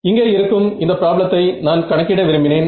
இங்கே இருக்கும் இந்த ப்ராப்ளத்தை நான் கணக்கிட விரும்பினேன்